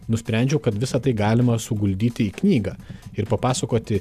nusprendžiau kad visa tai galima suguldyti į knygą ir papasakoti